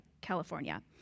California